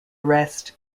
arrest